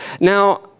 Now